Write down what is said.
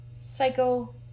Psycho